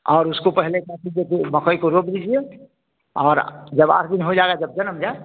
और उसको पहले क्या कीजिए कि मकई को रोप दीजिए और जब आठ दिन हो जाएगा जब जन्म जाए